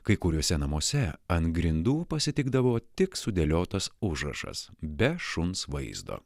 kai kuriuose namuose ant grindų pasitikdavo tik sudėliotas užrašas be šuns vaizdo